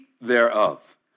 thereof